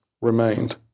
remained